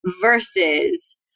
versus